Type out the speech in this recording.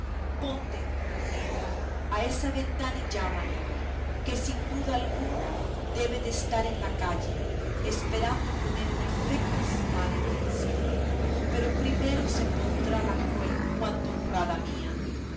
ponte leonela a esa ventana y llámale que sin duda alguna él debe de estar en la calle esperando poner en efeto su mala intención pero primero se pondrá la cruel cuanto honrada mía